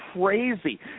crazy